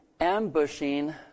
ambushing